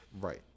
Right